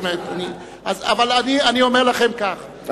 אבל אני אומר לכם כך,